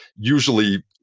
Usually